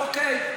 אוקיי.